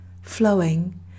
flowing